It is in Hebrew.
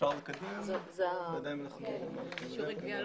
אנחנו מדברים עכשיו על שיעורי הגבייה.